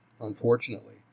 unfortunately